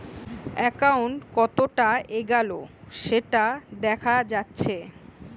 account কতোটা এগাল সেটা দেখা যাচ্ছে